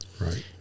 Right